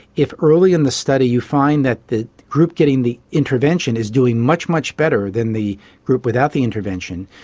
if early in the study you find that the group getting the intervention is doing much, much better than the group without the intervention,